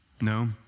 No